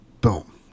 boom